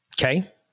Okay